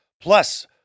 Plus